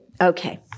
okay